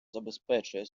забезпечує